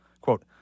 quote